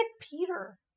Peter